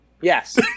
yes